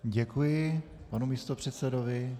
Děkuji panu místopředsedovi.